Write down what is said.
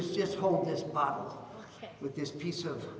is just hold this bottle with this piece of